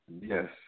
yes